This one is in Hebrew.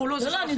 הוא לא זה שמחליט,